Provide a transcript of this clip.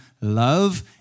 love